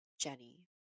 Jenny